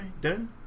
done